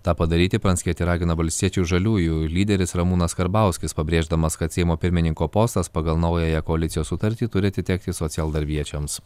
tą padaryti pranckietį ragina valstiečių ir žaliųjų lyderis ramūnas karbauskis pabrėždamas kad seimo pirmininko postas pagal naująją koalicijos sutartį turi atitekti socialdarbiečiams